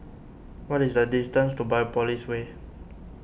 what is the distance to Biopolis Way